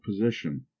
position